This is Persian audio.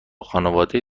خانواده